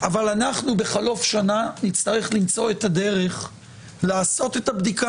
אבל אנחנו בחלוף שנה נצטרך למצוא את הדרך לעשות את הבדיקה